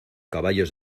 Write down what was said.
caballos